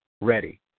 ready